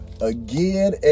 again